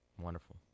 Wonderful